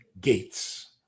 gates